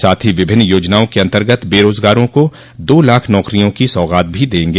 साथ ही विभिन्न योजनाओं के अन्तर्गत बेरोजगारों को दो लाख नौकरियों की सौगात भी देंग